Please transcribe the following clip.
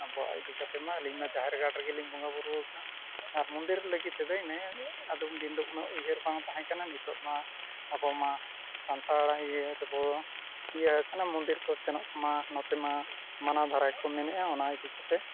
ᱟᱵᱚᱣᱟᱜ ᱤᱫᱤ ᱠᱟᱛᱮᱫ ᱢᱟ ᱟᱹᱞᱤᱧ ᱢᱟ ᱡᱟᱦᱮᱨ ᱜᱟᱲ ᱨᱮᱜᱮᱞᱤᱧ ᱵᱚᱸᱜᱟᱼᱵᱩᱨᱩ ᱠᱟᱜᱼᱟ ᱟᱨ ᱢᱚᱱᱫᱤᱨ ᱞᱟᱹᱜᱤᱫ ᱛᱮᱫᱚ ᱤᱱᱟᱹ ᱟᱫᱚᱢ ᱫᱤᱱ ᱫᱚ ᱩᱱᱟᱹᱜ ᱩᱭᱦᱟᱹᱨ ᱵᱟᱝ ᱛᱟᱦᱮᱸ ᱠᱟᱱᱟ ᱱᱤᱛᱚᱜ ᱢᱟ ᱟᱵᱚ ᱢᱟ ᱥᱟᱱᱛᱟᱲ ᱤᱭᱟᱹ ᱨᱮᱵᱚ ᱤᱭᱟᱹ ᱟᱠᱟᱱᱟ ᱢᱚᱱᱫᱤᱨ ᱠᱚ ᱥᱮᱱᱚᱜ ᱢᱟ ᱱᱚᱛᱮ ᱢᱟ ᱢᱟᱱᱟᱣ ᱫᱷᱟᱨᱟ ᱜᱮᱠᱚ ᱢᱮᱱᱮᱫᱼᱟ ᱚᱱᱟ ᱤᱫᱤ ᱠᱟᱛᱮᱫ